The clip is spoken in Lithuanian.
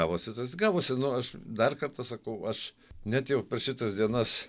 gavosi tas gavosi nu aš dar kartą sakau aš net jau per šitas dienas